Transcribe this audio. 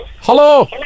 Hello